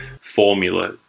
formula